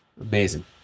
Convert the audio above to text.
Amazing